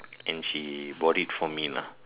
and she bought it for me lah